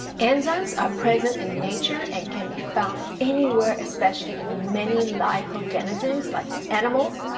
enzymes are present in nature and can be found anywhere, especially in many life organisms like animals,